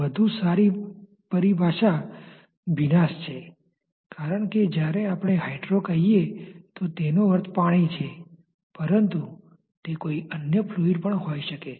વધુ સારી પરિભાષા ભીનાશ છે કારણ કે જ્યારે આપણે હાઇડ્રો કહીએ તો તેનો અર્થ પાણી છે પરંતુ તે કોઈ અન્ય ફ્લુઈડ પણ હોઈ શકે છે